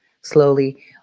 slowly